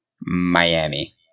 Miami